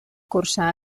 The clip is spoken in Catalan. cursa